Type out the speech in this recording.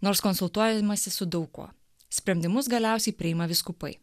nors konsultuojamasi su daug kuo sprendimus galiausiai priima vyskupai